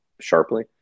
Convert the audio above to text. sharply